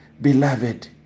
beloved